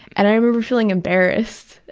and i remember feeling embarrassed,